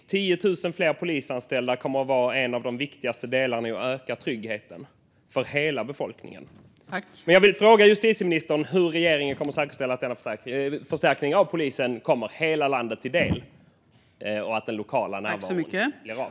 10 000 fler polisanställda kommer att vara något av det viktigaste i att öka tryggheten för hela befolkningen. Jag vill fråga justitieministern hur regeringen kommer att säkerställa att denna förstärkning av polisen kommer hela landet till del och att den lokala närvaron blir av.